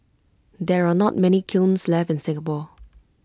there are not many kilns left in Singapore